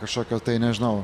kažkokio tai nežinau